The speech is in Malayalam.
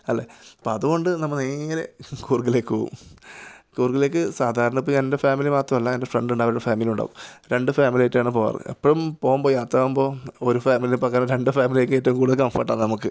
അല്ലേ അപ്പോൾ അതുകൊണ്ട് നമ്മൾ നേരെ കൂര്ഗിലേക്കു പോകും കൂര്ഗിലേക്ക് സാധാരണയിപ്പോൾ എന്റെ ഫാമിലി മാത്രമല്ല എന്റെ ഫ്രണ്ടുണ്ടാകും അവരുടെ ഫാമിലി ഉണ്ടാകും രണ്ട് ഫാമിലിയായിട്ടാണ് പോകാറ് അപ്പം പോകുമ്പോൾ യാത്രയാകുമ്പോൾ ഒരു ഫാമിലി പകരം രണ്ട് ഫാമിലിയൊക്കെയായിട്ടാണ് കൂടുതൽ കംഫര്ട്ടാണ് നമുക്ക്